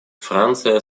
франция